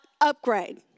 upgrade